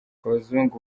abazungu